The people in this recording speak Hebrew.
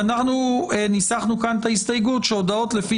אנחנו ניסחנו כאן את ההסתייגות שהודעות לפי